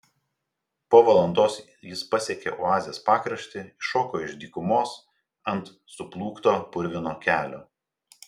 po valandos jis pasiekė oazės pakraštį iššoko iš dykumos ant suplūkto purvino kelio